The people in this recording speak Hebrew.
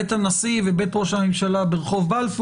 בית הנשיא, והמעון בבלפור.